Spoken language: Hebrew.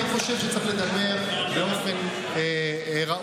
אני חושב שצריך לדבר באופן ראוי.